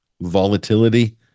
volatility